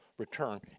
return